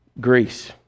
Greece